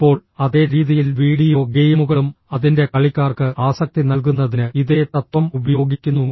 ഇപ്പോൾ അതേ രീതിയിൽ വീഡിയോ ഗെയിമുകളും അതിന്റെ കളിക്കാർക്ക് ആസക്തി നൽകുന്നതിന് ഇതേ തത്വം ഉപയോഗിക്കുന്നു